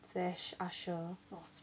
slash usher